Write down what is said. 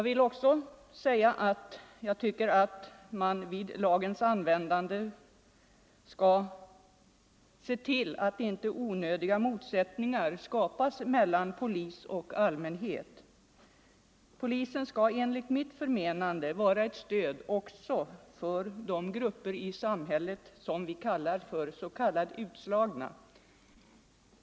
Vid lagens användande bör man se till att inte onödiga motsättningar skapas mellan polis och allmänhet. Polisen skall enligt mitt förmenande vara ett stöd också för de grupper i samhället som vi kallar utslagna.